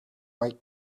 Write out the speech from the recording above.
white